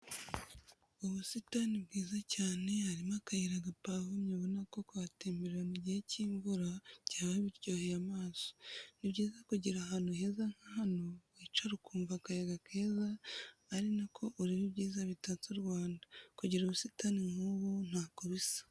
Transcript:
Ubusitani bwiza cyane, harimo akayira gapavomye ubona ko kuhatemberera mu gihe cy'imvura, byaba biryoheye amaso. Ni byiza kugira ahantu heza nka hano wicara ukumva akayaga keza ari nako ureba ibyiza bitatse u Rwanda. Kugira ubusitani nk'ubu ntako bisa.